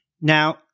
Now